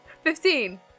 Fifteen